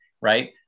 Right